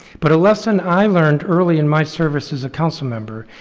but a lesson i learned early in my service as a councilmember,